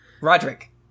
Roderick